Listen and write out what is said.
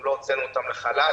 לא הוצאנו אותם לחל"ת.